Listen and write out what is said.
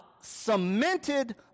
cemented